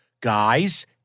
Guys